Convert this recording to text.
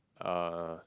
uh